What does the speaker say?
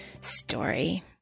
story